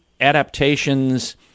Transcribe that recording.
adaptations